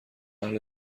اهل